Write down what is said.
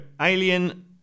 Alien